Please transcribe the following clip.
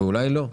אולי לא,